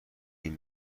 این